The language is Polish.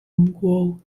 mgłą